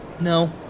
No